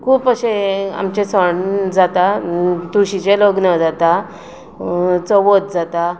खूब अशे आमचे सण जातात तुळशीचें लग्न जाता चवथ जाता